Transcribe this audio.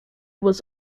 was